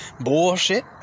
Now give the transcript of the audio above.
bullshit